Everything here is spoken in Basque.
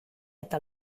eta